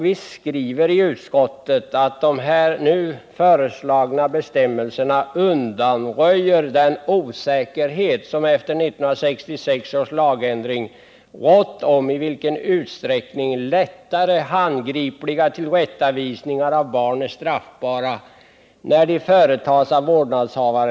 Vi skriver i utskottet att de nu föreslagna bestämmelserna undanröjer den osäkerhet som efter 1966 års lagändring rått om i vilken utsträckning lättare handgripliga tillrättavisningar av barn är straffbara när de företas av vårdnadshavare.